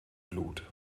blut